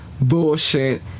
bullshit